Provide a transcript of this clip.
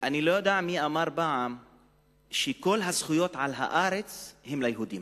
אני לא יודע מי אמר פעם שכל הזכויות על הארץ הן ליהודים,